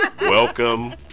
Welcome